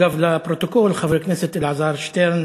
לפרוטוקול, חבר הכנסת אלעזר שטרן